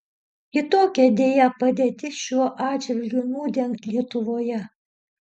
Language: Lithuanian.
kitokia deja padėtis šiuo atžvilgiu nūdien lietuvoje